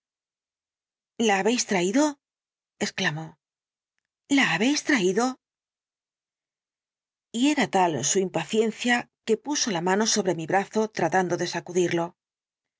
la habéis traído exclamó la habéis traído y era tal su impaciencia que puso la mano sobre mi brazo tratando de sacudirlo